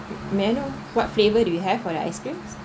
may I know what flavour do you have for the ice creams